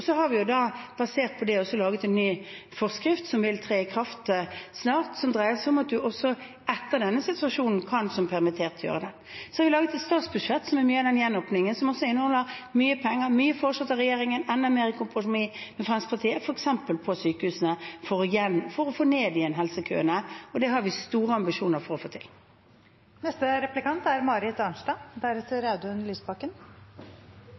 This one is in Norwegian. Så har vi basert på det også laget en ny forskrift som vil tre i kraft snart, som dreier seg om at man også etter denne situasjonen kan som permittert gjøre det. Så har vi laget et statsbudsjett som dreier seg mye om den gjenåpningen, og som også inneholder mye penger. Mye er foreslått av regjeringen, enda mer er kompromiss med Fremskrittspartiet, f.eks. om sykehusene for å få helsekøene ned igjen, og det har vi store ambisjoner om å få til. Det er jo ikke helt enkelt dette. Jeg tror vi alle er